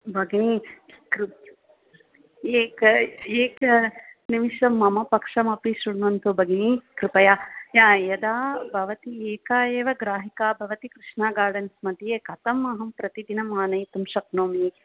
भगिनी कृ एक एकनिमिषं मम पक्षमपि शृणवन्तु भगिनी कृपया यदा भवती एका एव ग्राहिका भवति कृष्णा गार्डन्स् मध्ये कथं अहं प्रतिदिनम् आनयेतुं शक्नोमि